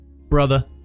Brother